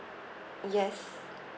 yes